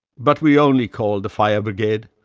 but we only called the fire brigade,